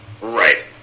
Right